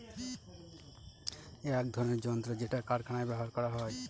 এক ধরনের যন্ত্র যেটা কারখানায় ব্যবহার করা হয়